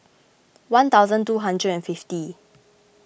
one thousand two hundred and fifty